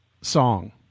song